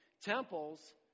temples